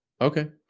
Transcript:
Okay